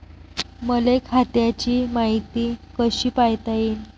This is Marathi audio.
मले खात्याची मायती कशी पायता येईन?